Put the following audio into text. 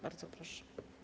Bardzo proszę.